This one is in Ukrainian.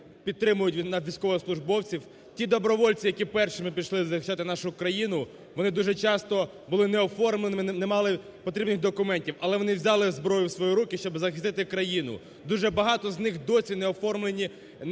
підтримують наших військовослужбовців. Ті добровольці, які першими пішли захищати нашу країну, вони дуже часто були неоформленими, не мали потрібних документів, але вони взяли зброю в свої руки, щоби захистити країну, дуже багато з них й досі не оформлені